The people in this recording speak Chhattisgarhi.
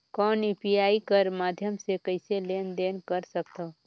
कौन यू.पी.आई कर माध्यम से कइसे लेन देन कर सकथव?